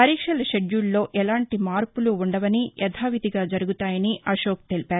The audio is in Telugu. పరీక్షల షెడ్యూల్లో ఎలాంటి మార్పులు ఉండవని యథావిధిగా జరుగుతాయని అశోక్ తెలిపారు